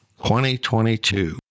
2022